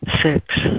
six